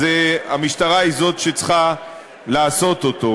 אז המשטרה היא זאת שצריכה לעשות אותו,